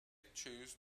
chose